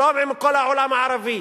שלום עם כל העולם הערבי,